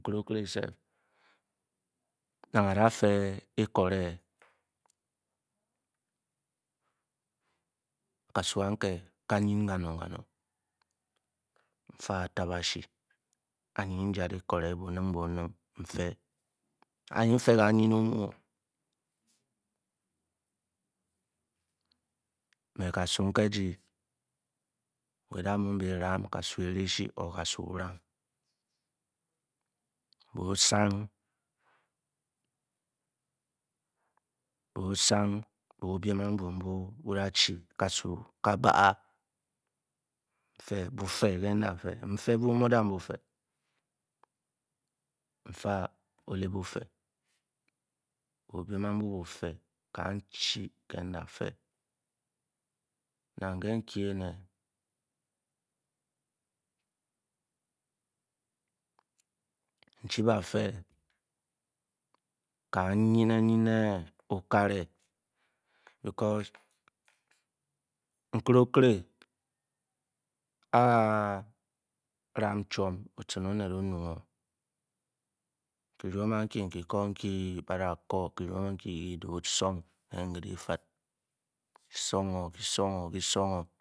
Nwe owe sef nag oru fe ekule kasui anke kayen kanong kanong nfa atabashi anye ngad ekule nfe a-yen nfe kayen omo me ka su upe gi but a-mbe ram kasu nke gi buosung bosang bobim am bw mbu bo ke chi ka su ka bar be fer nke nda fe npe more than bufer nfa only befer pan chi mme nda pe na nge nki ene nchi ba pe ka yen ne yen okara because mgel okele a yam chom oten and ohamo ke leam achi mbe ba kur ke sung or le le fel kesung or kesong o'r